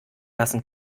lassen